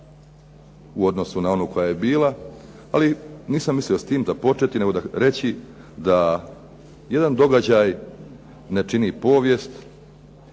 u odnosu na onu koja je bila, ali nisam mislio s tim započeti nego reći da jedan događaj ne čini povijest.